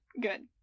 good